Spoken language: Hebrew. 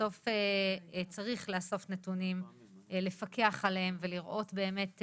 בסוף צריך לאסוף נתונים, לפקח עליהם ולראות באמת,